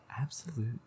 Absolute